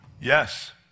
Yes